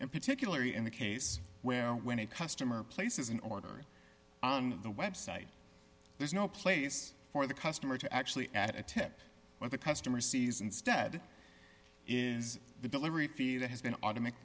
and particularly in the case where when a customer places an order on the website there's no place for the customer to actually at a tip when the customer sees instead is the delivery fee that has been automatic